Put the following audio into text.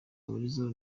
bahurizaho